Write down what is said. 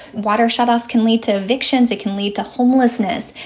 water shadows can lead to evictions. that can lead to homelessness.